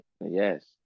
Yes